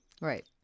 Right